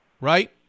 right